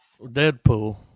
Deadpool